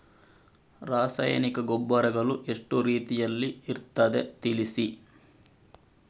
ರಾಸಾಯನಿಕ ಗೊಬ್ಬರಗಳು ಎಷ್ಟು ರೀತಿಯಲ್ಲಿ ಇರ್ತದೆ ತಿಳಿಸಿ?